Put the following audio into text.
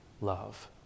love